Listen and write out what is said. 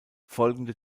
folgende